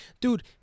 dude